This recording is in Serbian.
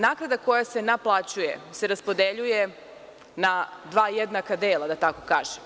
Naknada koja se naplaćuje se raspodeljuje na dva jednaka dela, da tako kažem.